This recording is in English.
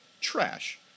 Trash